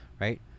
right